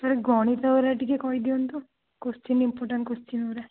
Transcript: sir ଗଣିତରେ ଟିକେ କହି ଦିଅନ୍ତୁ କ୍ଵେଶ୍ଚିନ୍ ଇମ୍ପୋର୍ଟାଣ୍ଟ କ୍ଵେଶ୍ଚିନ୍ ଗୁଡ଼ାକ